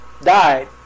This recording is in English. died